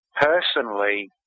personally